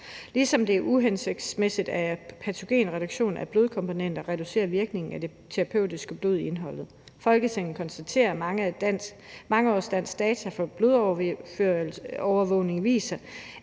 ligesom det er uhensigtsmæssigt, at patogenreduktion af blodkomponenter reducerer virkningen af det terapeutiske indhold i blodet. Folketinget konstaterer, at mange års danske data fra blodovervågning viser,